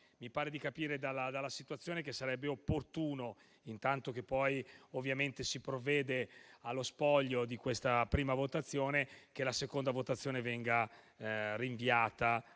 mi par di capire, dalla situazione, che sarebbe opportuno, intanto che si procede allo spoglio di questa prima votazione, che la seconda votazione venga rinviata